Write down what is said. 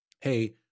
hey